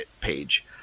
page